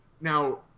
now